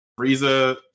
Frieza